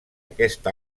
aquest